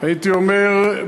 הייתי אומר,